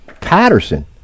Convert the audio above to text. Patterson